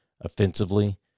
offensively